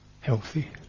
healthy